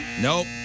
Nope